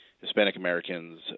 Hispanic-Americans